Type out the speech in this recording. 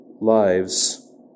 lives